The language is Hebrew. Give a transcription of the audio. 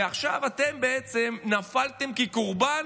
ועכשיו אתם בעצם נפלתם כקורבן